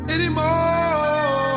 Anymore